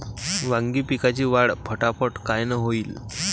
वांगी पिकाची वाढ फटाफट कायनं होईल?